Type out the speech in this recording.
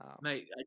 Mate